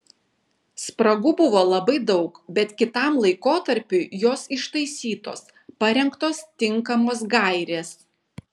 spragų buvo labai daug bet kitam laikotarpiui jos ištaisytos parengtos tinkamos gairės